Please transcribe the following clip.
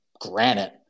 granite